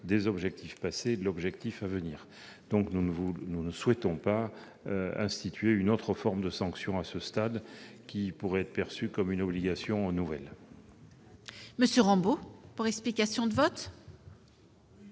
des objectifs passés et de l'objectif à venir. Nous ne souhaitons pas instaurer à ce stade une autre forme de sanction, qui pourrait être perçue comme une obligation nouvelle.